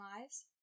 lives